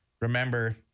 remember